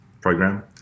program